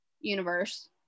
universe